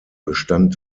bestand